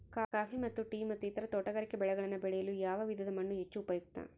Coffee ಮತ್ತು tea ಮತ್ತು ಇತರ ತೋಟಗಾರಿಕೆ ಬೆಳೆಗಳನ್ನು ಬೆಳೆಯಲು ಯಾವ ವಿಧದ ಮಣ್ಣು ಹೆಚ್ಚು ಉಪಯುಕ್ತ?